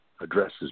addresses